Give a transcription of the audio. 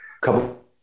couple